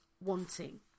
wanting